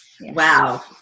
Wow